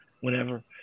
Whenever